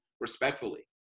respectfully